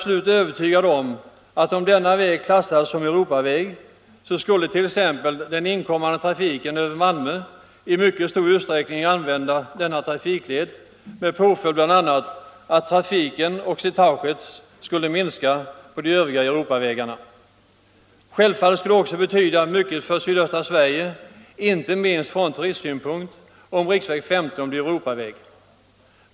Om den vägen klassades som Europaväg är jag övertygad om att den inkommande trafiken över Malmö i mycket stor utsträckning skulle använda den trafikleden, med påföljd att trafiken och slitaget skulle minska på de övriga Europavägarna. Självfallet skulle det också betyda mycket för sydöstra Sverige, inte minst från turistsynpunkt, om riksväg 15 blev Europaväg.